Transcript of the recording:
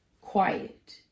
quiet